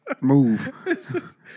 move